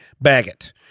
Baggett